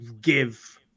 give